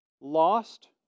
lost